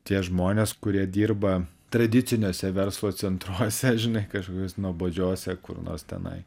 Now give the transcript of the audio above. tie žmonės kurie dirba tradiciniuose verslo centruose žinai kažkokiuose nuobodžiuose kur nors tenai